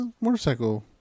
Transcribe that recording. Motorcycle